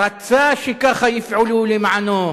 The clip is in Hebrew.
רצה שככה יפעלו למענו.